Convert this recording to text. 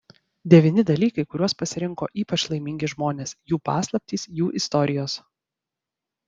devyni dalykai kuriuos pasirinko ypač laimingi žmonės jų paslaptys jų istorijos